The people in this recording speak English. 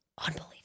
unbelievable